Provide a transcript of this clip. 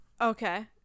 Okay